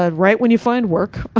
ah write when you find work.